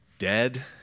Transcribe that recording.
dead